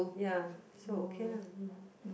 ya so okay lah mm